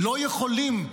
לא יכולים,